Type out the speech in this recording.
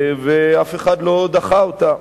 ואף אחד לא דחה אותה.